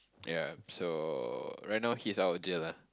ya so right now he's out of jail ah